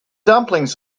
dumplings